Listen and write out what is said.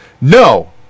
No